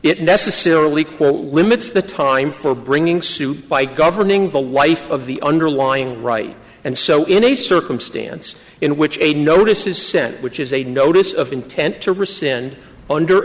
it necessarily equal limits the time for bringing suit by governing the wife of the underlying right and so in a circumstance in which a notice is sent which is a notice of intent to rescind under